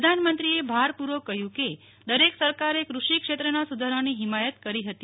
પ્રધાનમંત્રીએ ભાર પૂર્વક કહ્યું કે દરેક સરકારે કૃષિ ક્ષેત્રના સુધારાની હિમાયત કરી હતી